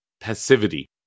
passivity